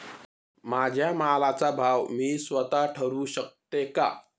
माझ्या मालाचा भाव मी स्वत: ठरवू शकते का?